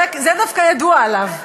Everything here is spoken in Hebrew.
זה דווקא ידוע עליו.